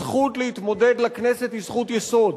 הזכות להתמודד לכנסת היא זכות יסוד.